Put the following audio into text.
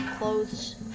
clothes